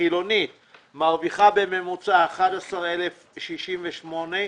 מרוויחה בממוצע 11,068